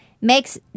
makes